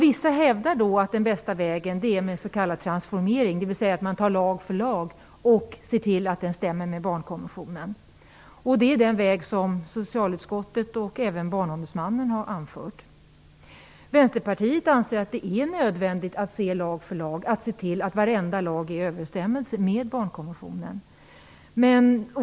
Vissa hävdar att den bästa vägen är med s.k. transformering, dvs. att man tar lag för lag och ser till att det stämmer med barnkonventionen. Det är den väg som socialutskottet och även barnombudsmannen har anfört. Vänsterpartiet anser att det är nödvändigt att se över lag för lag och att se till att varenda lag är i överensstämmelse med barnkonventionen.